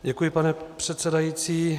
Děkuji, pane předsedající.